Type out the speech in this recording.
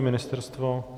Ministerstvo?